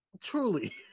Truly